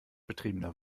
betriebener